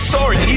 Sorry